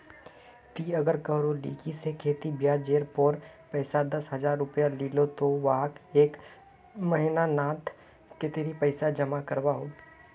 ती अगर कहारो लिकी से खेती ब्याज जेर पोर पैसा दस हजार रुपया लिलो ते वाहक एक महीना नात कतेरी पैसा जमा करवा होबे बे?